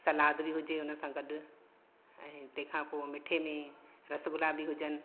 salad बि हुजे उन सां गॾु ऐं तंहिं खां पोइ मिठे में रसगुला बि हुजनि